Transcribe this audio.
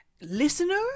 listener